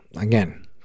again